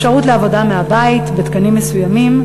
אפשרות לעבודה מהבית בתקנים מסוימים,